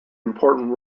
important